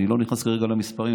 אני לא נכנס כרגע למספרים,